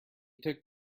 took